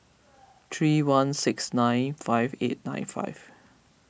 three one six nine five eight nine five